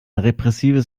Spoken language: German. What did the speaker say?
repressives